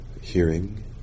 hearing